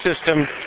system